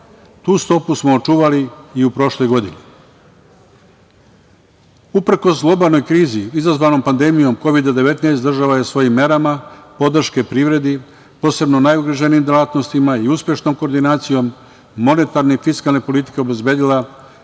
Tu stopu smo očuvali i u prošloj godini. Uprkos globalnoj krizi, izazvanom pandemijom Kovida 19 država je svojim merama, podrške privredi, posebno najugroženijim delatnostima i uspešnom koordinacijom monetarne i fiskalne politike obezbedila